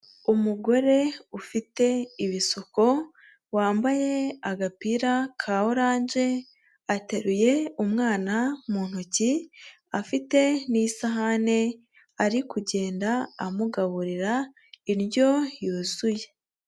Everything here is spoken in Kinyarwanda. Umugore ufite ibisuko wambaye agapira ka oranje ateruye umwana mu ntoki, afite n'isahani ari kugenda amugaburira indyo yuzuye.